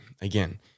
Again